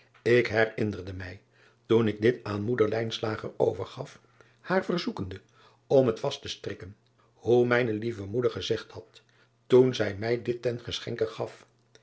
k herinnerde mij toen ik dit aan moeder overgaf haar verzoekende om het vast te strikken hoe mijne lieve moeder gezegd had toen zij mij dit ten geschenke gaf